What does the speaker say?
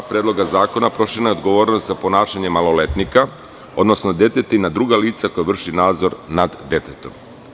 Predloga zakona proširena je odgovornost za ponašanje maloletnika, odnosno deteta na druga lica koji vrši nadzor nad detetom.